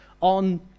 on